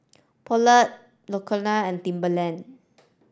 Poulet L'Occitane and Timberland